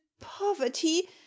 poverty